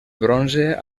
bronze